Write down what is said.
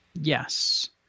Yes